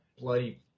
bloody